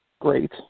Great